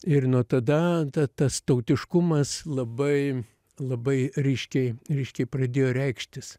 ir nuo tada ta tas tautiškumas labai labai ryškiai ryškiai pradėjo reikštis